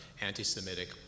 anti-Semitic